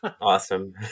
Awesome